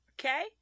okay